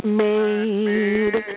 made